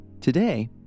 Today